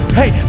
hey